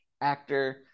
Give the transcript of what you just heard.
actor